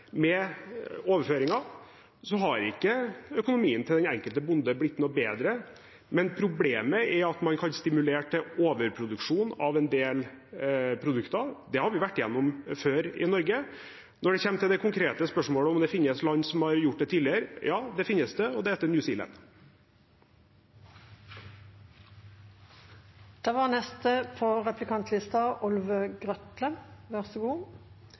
med overføringer, har ikke økonomien til den enkelte bonde blitt noe bedre, men problemet er at man kan stimulere til overproduksjon av en del produkter. Det har vi vært gjennom i Norge før. Når det gjelder det konkrete spørsmålet, om det finnes land som har gjort det tidligere: Ja, det finnes, og det heter New Zealand. Regjeringa kjem etter